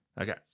Okay